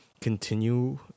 continue